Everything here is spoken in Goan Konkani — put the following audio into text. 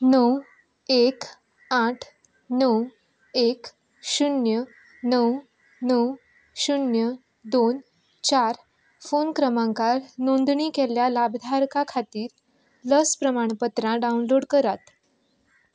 णव एक आठ णव एक शुन्य णव णव शुन्य दोन चार फोन क्रमांकार नोंदणी केल्ल्या लाभधारका खातीर लस प्रमाणपत्रां डावनलोड करात